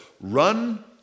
run